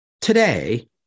today